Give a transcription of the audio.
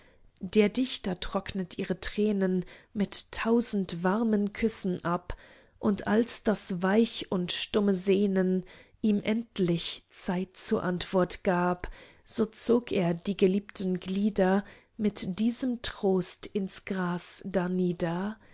der dichter trocknet ihre tränen mit tausend warmen küssen ab und als das weich und stumme sehnen ihm endlich zeit zur antwort gab so zog er die geliebten glieder mit diesem trost ins gras